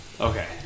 Okay